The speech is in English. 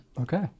Okay